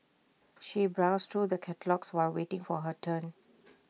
she browsed through the catalogues while waiting for her turn